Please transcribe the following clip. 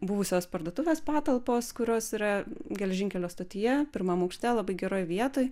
buvusios parduotuvės patalpos kurios yra geležinkelio stotyje pirmam aukšte labai geroj vietoj